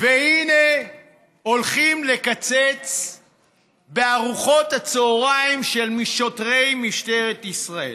והינה הולכים לקצץ בארוחות הצוהריים של שוטרי משטרת ישראל.